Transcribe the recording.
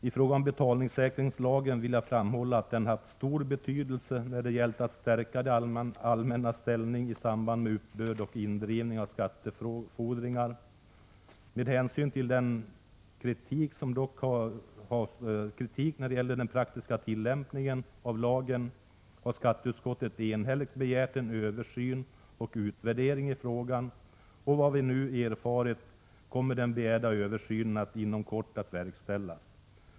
I fråga om betalningssäkringslagen vill jag framhålla, att den haft stor betydelse när det gällt att stärka det allmännas ställning i samband med uppbörd och indrivning av ”kattefordringar. Med hänsyn till en framförd kritik när det gäller den praktiska tillämpningen av lagen, har skatteutskottet enhälligt begärt en översyn och utvärdering i frågan. Vad vi nu erfarit kommer den begärda översynen inom kort att verkställas.